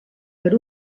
per